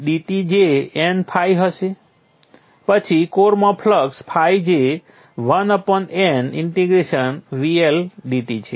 પછી સંદર્ભ સમય 2225 કોરમાં ફ્લક્સ φ જે 1NVL dt છે